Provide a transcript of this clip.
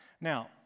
Now